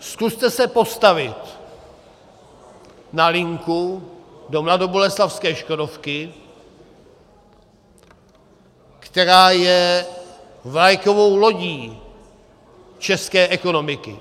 Zkuste se postavit na linku do mladoboleslavské Škodovky, která je vlajkovou lodí české ekonomiky.